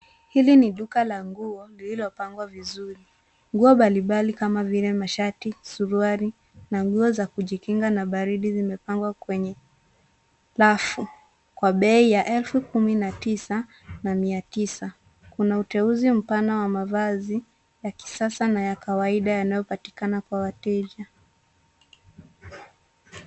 Hili ni duka la nguo lililopangwa vizuri. Nguo mbali mbali, kama vile, mashati, suruali, na nguo za kujikinga na baridi, zimepangwa kwenye rafu, kwa bei elfu kumi na tisa na mia tisa . Kuna uteuzi mpana wa mavazi ya kisasa na ya kawaida yanayopatikana kwa wateja.